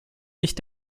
nicht